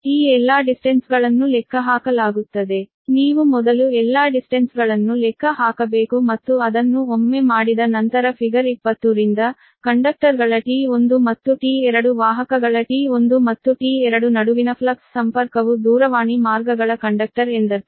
ಆದ್ದರಿಂದ ನೀವು ಮೊದಲು ಎಲ್ಲಾ ದೂರಗಳನ್ನು ಲೆಕ್ಕ ಹಾಕಬೇಕು ಮತ್ತು ಅದನ್ನು ಒಮ್ಮೆ ಮಾಡಿದ ನಂತರ ಫಿಗರ್ 20 ರಿಂದ ಕಂಡಕ್ಟರ್ಗಳ T1 ಮತ್ತು T2 ವಾಹಕಗಳ T1 ಮತ್ತು T2 ನಡುವಿನ ಫ್ಲಕ್ಸ್ ಸಂಪರ್ಕವು ದೂರವಾಣಿ ಮಾರ್ಗಗಳ ಕಂಡಕ್ಟರ್ ಎಂದರ್ಥ